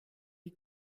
die